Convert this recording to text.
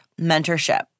mentorship